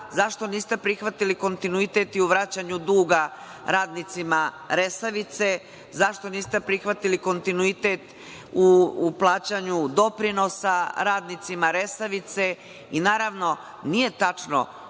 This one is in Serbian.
zašto niste prihvatili kontinuitet i u vraćanju duga radnicima „Resavice“? Zašto niste prihvatili kontinuitet u plaćanju doprinosa radnicima „Resavice“?I, naravno, nije tačno